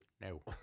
No